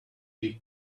big